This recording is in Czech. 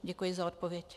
Děkuji za odpověď.